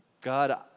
God